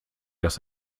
dass